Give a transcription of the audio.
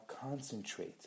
concentrate